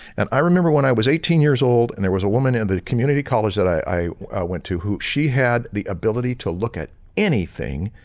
and i remember when i was eighteen years old and there was a woman in the community college that i went to, she had the ability to look at anything,